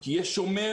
כי יש שומר,